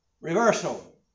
reversal